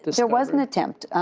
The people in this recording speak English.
there was an attempt,